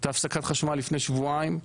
הייתה הפסקת חשמל לפני שבועיים,